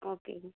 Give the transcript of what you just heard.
okay